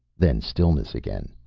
then stillness again,